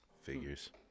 Figures